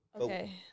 Okay